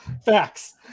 Facts